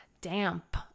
damp